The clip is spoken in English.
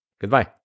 Goodbye